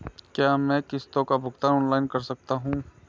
क्या मैं किश्तों का भुगतान ऑनलाइन कर सकता हूँ?